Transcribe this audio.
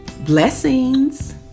blessings